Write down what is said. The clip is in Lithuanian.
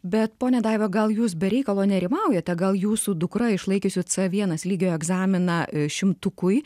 bet ponia daiva gal jūs be reikalo nerimaujate gal jūsų dukra išlaikiusiu c vienas lygio egzaminą šimtukui